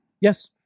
Yes